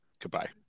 goodbye